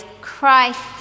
Christ